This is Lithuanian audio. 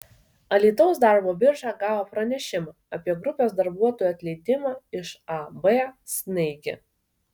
alytaus darbo birža gavo pranešimą apie grupės darbuotojų atleidimą iš ab snaigė